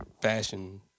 fashion